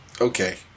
okay